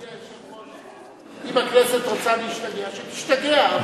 אדוני היושב-ראש, אם הכנסת רוצה להשתגע, שתשתגע.